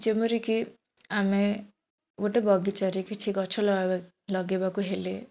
ଯେପରିକି ଆମେ ଗୋଟେ ବଗିଚାରେ କିଛି ଗଛ ଲଗେଇବାକୁ ହେଲେ